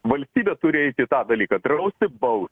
valstybė turi eiti į tą dalyką drausti baust